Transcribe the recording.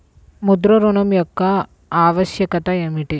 ముద్ర ఋణం యొక్క ఆవశ్యకత ఏమిటీ?